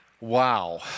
Wow